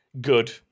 good